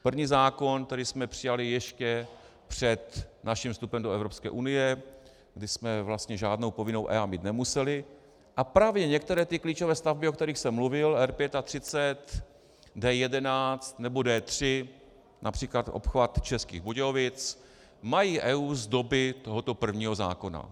První zákon, který jsme přijali ještě před naším vstupem do Evropské unie, kdy jsme vlastně žádnou povinnou EIA mít nemuseli, a právě některé ty klíčové stavby, o kterých jsem mluvil, R35, D11 nebo D3, například obchvat Českých Budějovic, mají EIA z doby tohoto prvního zákona.